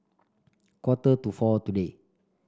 quarter to four today